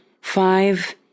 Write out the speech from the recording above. five